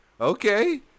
Okay